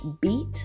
beat